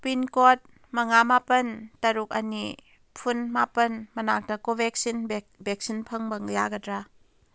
pincode ꯃꯉꯥ ꯃꯥꯄꯜ ꯇꯔꯨꯛ ꯑꯅꯤ ꯐꯨꯟ ꯃꯥꯄꯜ ꯃꯅꯥꯛꯇ ꯀꯣꯕꯦꯛꯁꯤꯟ ꯚꯦꯛꯁꯤꯟ ꯐꯪꯕ ꯌꯥꯒꯗ꯭ꯔꯥ